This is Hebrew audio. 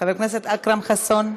חבר הכנסת אכרם חסון,